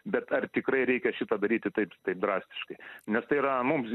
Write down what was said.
bet ar tikrai reikia šitą daryti taip taip drastiškai nes tai yra mums